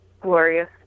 glorious